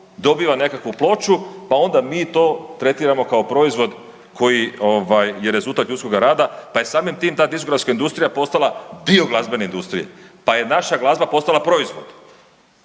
dobiva nekakvu ploču pa onda mi to tretiramo kao proizvod koji ovaj, je rezultat ljudskoga rada pa je samim tim diskografska industrija postala dio glazbene industrije, pa je naša glazba postala proizvod.